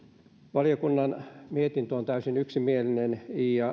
valiokunnan mietintö on täysin yksimielinen